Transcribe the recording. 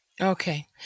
Okay